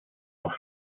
noch